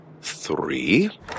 three